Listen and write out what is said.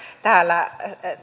täällä